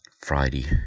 Friday